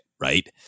right